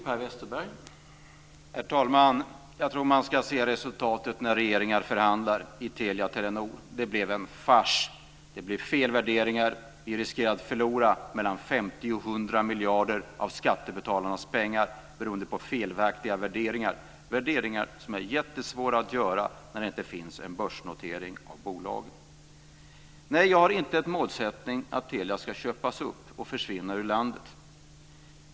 Herr talman! Jag tror att man ska se på resultatet av regeringar som förhandlat om Telia-Telenor. Det blev en fars. Det blev fel värderingar. Vi riskerade att förlora 50-100 miljarder av skattebetalarnas pengar beroende på felaktiga värderingar, värderingar som är jättesvåra att göra när det inte finns en börsnotering av bolagen. Nej, jag har inte målsättningen att Telia ska köpas upp och försvinna ur landet.